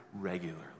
regularly